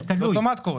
זה אוטומט קורה.